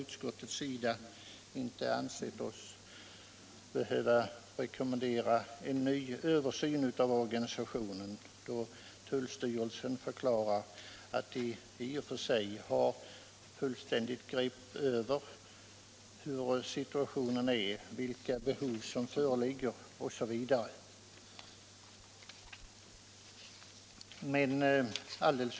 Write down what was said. Utskottet har inte ansett sig behöva rekommendera en ny översyn av organisationen, då tullstyrelsen förklarat att man i och för sig har ett fullständigt grepp över situationen, vilka behov som föreligger osv.